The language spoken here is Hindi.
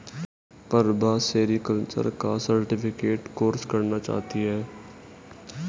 प्रभा सेरीकल्चर का सर्टिफिकेट कोर्स करना चाहती है